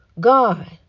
God